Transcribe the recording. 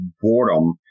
boredom